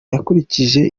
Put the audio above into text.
yakurikijeho